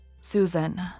Susan